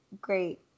great